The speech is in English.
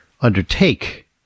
undertake